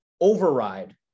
override